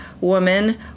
woman